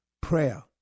Prayer